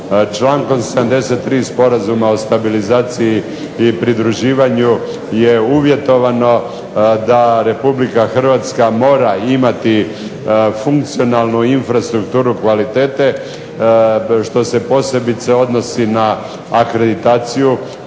Člankom 73. Sporazuma o stabilizaciji i pridruživanju je uvjetovano da RH mora imati funkcionalnu infrastrukturu kvalitete što se posebice odnosi na akreditaciju.